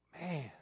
Man